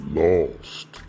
lost